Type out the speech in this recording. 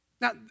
Now